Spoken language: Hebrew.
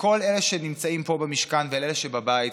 לכל אלה הנמצאים פה במשכן ולאלה שבבית: